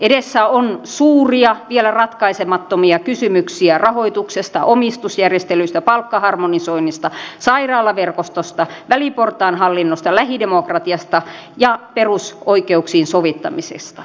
edessä on suuria vielä ratkaisemattomia kysymyksiä rahoituksesta omistusjärjestelyistä palkkaharmonisoinnista sairaalaverkostosta väliportaan hallinnosta lähidemokratiasta ja perusoikeuksiin sovittamisesta